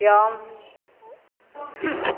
ब्याम